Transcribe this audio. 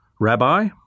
Rabbi